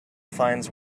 finds